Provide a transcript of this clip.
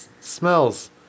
smells